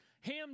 Ham